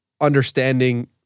understanding